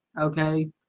okay